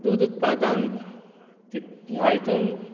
दूद उत्पादन ह्या हातूंत